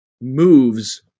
moves